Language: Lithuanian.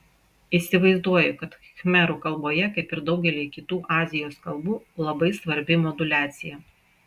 įsivaizduoju kad khmerų kalboje kaip ir daugelyje kitų azijos kalbų labai svarbi moduliacija